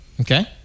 Okay